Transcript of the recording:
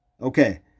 Okay